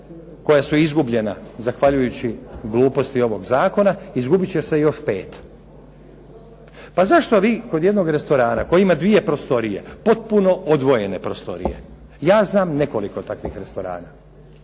koja su izgubljena zahvaljujući gluposti ovog zakona izgubit će se još pet. Pa zašto vi kod jednog restorana, koji ima dvije prostorije, potpuno odvojene prostorije, ja znam nekoliko takvih restorana,